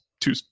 two